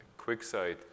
QuickSight